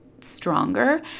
stronger